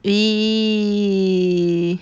!ee!